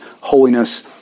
holiness